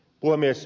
puhemies